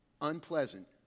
unpleasant